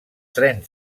trens